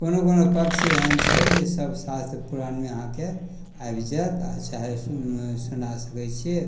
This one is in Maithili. कोनो कोनो पक्षी एहन छै जे सभ शास्त्र पुराणमे अहाँके आबि जाएत आओर चाहे सुन सुना सकै छिए